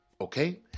okay